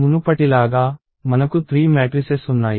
మునుపటిలాగా మనకు 3 మ్యాట్రిసెస్ ఉన్నాయి